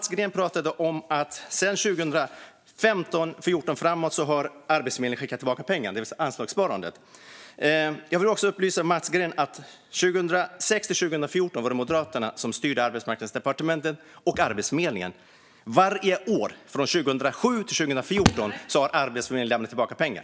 Mats Green pratade om att Arbetsförmedlingen sedan 2014 och framåt har skickat tillbaka pengar, det vill säga anslagssparandet. Jag vill upplysa Mats Green om att 2006-2014 var det Moderaterna som styrde Arbetsmarknadsdepartementet och Arbetsförmedlingen. Varje år från 2007 till 2014 lämnade Arbetsförmedlingen tillbaka pengar.